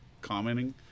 commenting